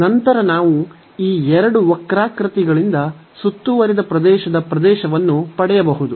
ನಂತರ ನಾವು ಈ ಎರಡು ವಕ್ರಾಕೃತಿಗಳಿಂದ ಸುತ್ತುವರಿದ ಪ್ರದೇಶವನ್ನು ಪಡೆಯಬಹುದು